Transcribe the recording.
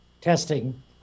testing